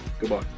Goodbye